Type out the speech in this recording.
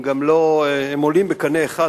הם עולים בקנה אחד,